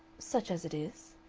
such as it is.